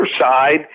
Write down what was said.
side